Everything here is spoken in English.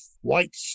white